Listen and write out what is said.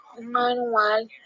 manual